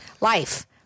life